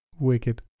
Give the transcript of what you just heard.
wicked